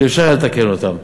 שאפשר היה לתקן אותן.